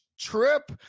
trip